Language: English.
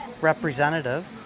representative